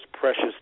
precious